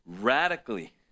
Radically